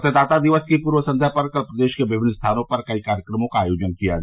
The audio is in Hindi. मतदाता दिवस की पूर्व संध्या पर कल प्रदेश के विभिन्न स्थानों पर कई कार्यक्रमों का आयोजन किया गया